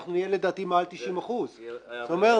אנחנו נהיה לדעתי מעל 90%. זאת אומרת,